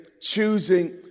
choosing